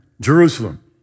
Jerusalem